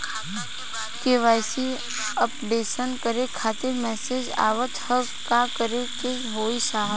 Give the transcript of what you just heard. KYC updation करें खातिर message आवत ह का करे के होई साहब?